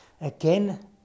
again